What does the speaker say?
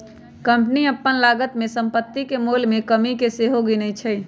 company अप्पन लागत में सम्पति के मोल में कमि के सेहो गिनै छइ